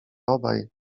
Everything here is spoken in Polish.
obaj